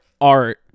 art